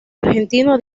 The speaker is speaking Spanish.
argentino